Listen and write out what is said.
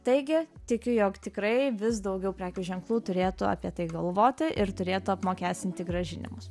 taigi tikiu jog tikrai vis daugiau prekių ženklų turėtų apie tai galvoti ir turėtų apmokestinti grąžinimus